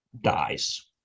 dies